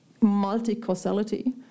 multi-causality